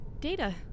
data